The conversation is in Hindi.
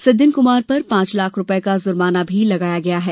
सज्जन कुमार पर पांच लाख रुपये का जुर्माना भी लगाया गया है